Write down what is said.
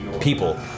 people